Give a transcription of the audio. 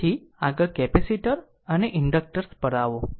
તેથી આગળ કેપેસિટર અને ઇન્ડક્ટર્સ પર આવો